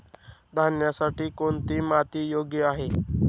धान्यासाठी कोणती माती योग्य आहे?